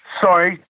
Sorry